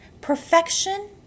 perfection